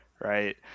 right